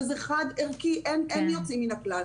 וזה חד ערכי ללא יוצאים מהכלל.